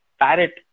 parrot